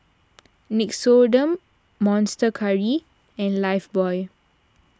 Nixoderm Monster Curry and Lifebuoy